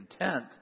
content